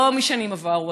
ולא משנים עברו,